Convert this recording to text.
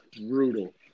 Brutal